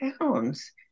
pounds